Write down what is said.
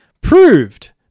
proved